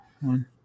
one